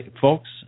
Folks